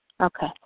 Okay